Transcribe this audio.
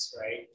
right